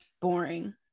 boring